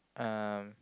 um